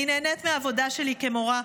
אני נהנית מהעבודה שלי כמורה,